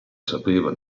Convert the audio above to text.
sapeva